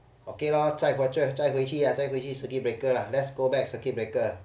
okay lor 再回去再回去 circuit breaker lah let's go back circuit breaker